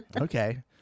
Okay